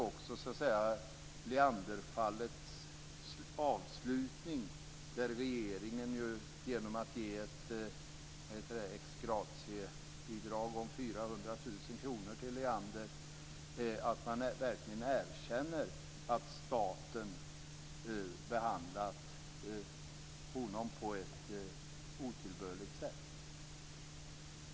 Också Leanderfallets avslutning, där regeringen genom att ge ett ex gratie-bidrag om 400 000 kr till Leander, visar att man verkligen erkänner att staten behandlat honom på ett otillbörligt sätt.